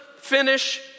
finish